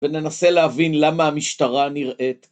וננסה להבין למה המשטרה נראית